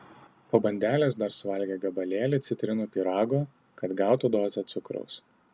po bandelės dar suvalgė gabalėlį citrinų pyrago kad gautų dozę cukraus